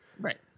right